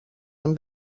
amb